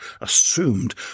assumed